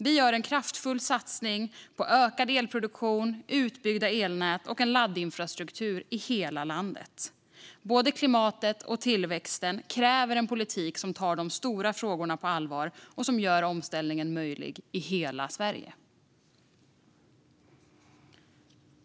Vi gör en kraftfull satsning på ökad elproduktion, utbyggda elnät och en laddinfrastruktur i hela landet. Både klimatet och tillväxten kräver en politik som tar de stora frågorna på allvar och som gör omställningen möjlig i hela Sverige.